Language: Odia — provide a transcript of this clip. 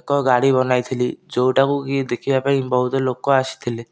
ଏକ ଗାଡ଼ି ବନାଇଥିଲି ଯେଉଁଟାକୁ କି ଦେଖିବା ପାଇଁ ବହୁତ ଲୋକ ଆସିଥିଲେ